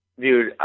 Dude